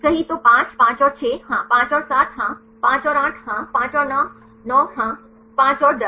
सही तो 5 5 और 6 हां 5 और 7 हां 5 और 8 हां 5 और 9 हां 5 और 10